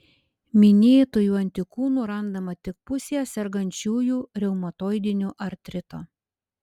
minėtųjų antikūnų randama tik pusėje sergančiųjų reumatoidiniu artritu